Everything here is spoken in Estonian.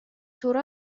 suur